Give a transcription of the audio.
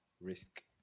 risk